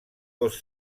cos